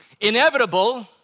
inevitable